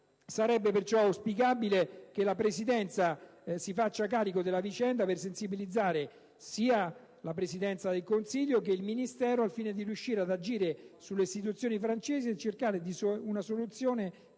sarebbe perciò auspicabile che la Presidenza si faccia carico della vicenda per sensibilizzare sia la Presidenza del Consiglio che il Ministero per riuscire ad agire sulle istituzioni francesi e cercare una soluzione che